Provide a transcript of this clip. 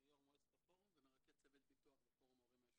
יו"ר מועצת הפורום ומרכז צוות ביטוח בפורום ההורים היישובי.